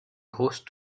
grosse